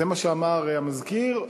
זה מה שאמר המזכיר.